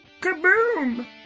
kaboom